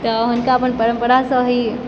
तऽ हुनका अपन परम्परासँ ही